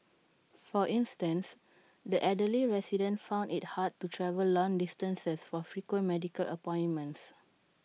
for instance the elderly residents found IT hard to travel long distances for frequent medical appointments